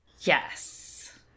yes